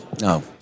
no